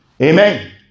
Amen